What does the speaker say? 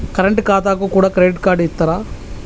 Current ఖాతాకు కూడా credit card ఇత్తరా?